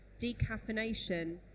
decaffeination